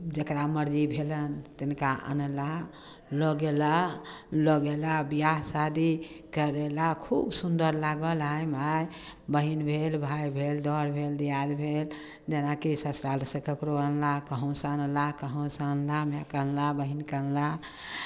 जकरा मरजी भेलनि तिनका अनला लऽ गेला लऽ गेला विवाह शादी करयला खूब सुन्दर लागल आय माय बहीन भेल भाय भेल दर भेल दिआद भेल जेनाकि ससुरालसँ ककरो अनलाह कहूँसँ अनलाह कहूँसँ अनलाह मायकेँ अनलाह बहीनकेँ अनलाह